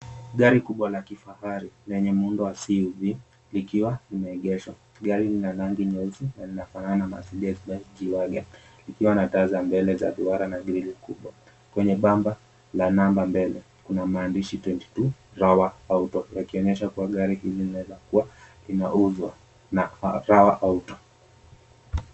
Gari kubwa la kifahari lenye muundo wa CUV likiwa limeegeshwa. Gari lina rangi nyeusi na lina fanana na Mercedes Benz G Wagon, likiwa na taa za mbele za duara na mbili kubwa. Kwenye bamba la namba mbele kuna maandishi 22 Rawa Auto likionyesha gari linaeza kuwa linauuzwa na Arawa Auto.